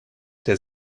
der